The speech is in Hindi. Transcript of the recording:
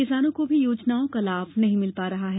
किसानों को भी योजनाओं का लाभ नहीं मिल रहा है